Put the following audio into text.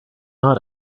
not